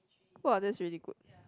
!wah! that's really good